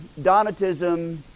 Donatism